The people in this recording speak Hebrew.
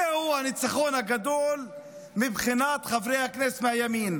זהו הניצחון הגדול מבחינת חברי הכנסת מהימין.